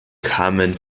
carmen